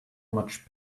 much